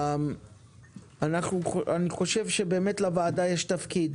אני חושב שלוועדה יש תפקיד